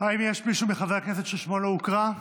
האם יש מישהו מחברי הכנסת ששמו לא הוקרא?